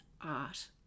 art